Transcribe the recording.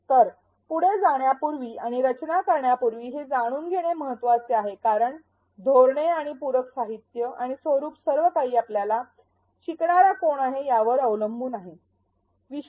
तर पुढे जाण्यापूर्वी आणि रचना करण्यापूर्वी हे जाणून घेणे महत्वाचे आहे कारण धोरणे आणि पूरक साहित्य आणि स्वरूप सर्वकाही आपला शिकणारा कोण आहे यावर अवलंबून असेल